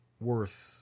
worth